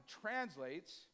translates